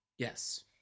Yes